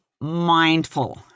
mindful